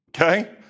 Okay